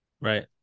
right